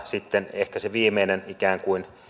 sitten ehkä niitä ikään kuin viimeisiä